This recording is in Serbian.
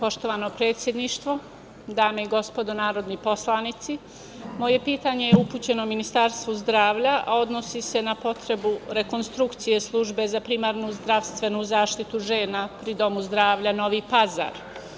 Poštovano predsedništvo, dame i gospodo narodni poslanici, moje pitanje je upućeno Ministarstvu zdravlja, a odnosi se na potrebu rekonstrukcije Službe za primarnu zdravstvenu zaštitu žena pri Domu zdravlja Novi Pazar.